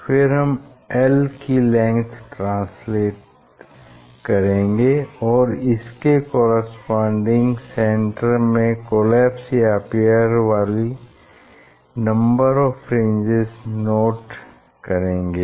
फिर हम l length translate करेंगे और इसके करेस्पोंडिंग सेन्टर में कोलैप्स या अपीयर वाली नम्बर ऑफ़ फ्रिंजेस नोट करेंगे